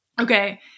okay